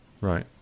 Right